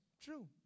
True